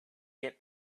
get